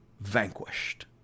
vanquished